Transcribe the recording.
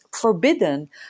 forbidden